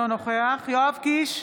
אינו נוכח יואב קיש,